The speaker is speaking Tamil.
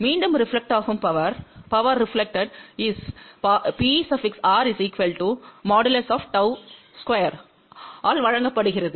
மீண்டும் ரெபிளெக்டாகும் பவர் Pr | Γ |2 ஆல் வழங்கப்படுகிறது